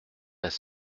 pas